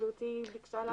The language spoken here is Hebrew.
גברתי ביקשה להמתין איתו.